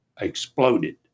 exploded